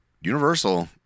Universal